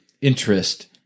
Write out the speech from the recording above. interest